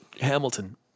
Hamilton